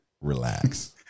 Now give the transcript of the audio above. relax